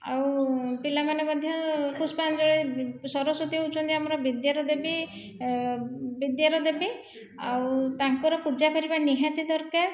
ଆଉ ପିଲାମାନେ ମଧ୍ୟ ପୁଷ୍ପାଞ୍ଜଳି ସରସ୍ଵତୀ ହେଉଛନ୍ତି ଆମର ବିଦ୍ୟାର ଦେବୀ ବିଦ୍ୟାର ଦେବୀ ଆଉ ତାଙ୍କର ପୂଜା କରିବା ନିହାତି ଦରକାର